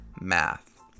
math